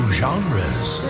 genres